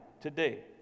today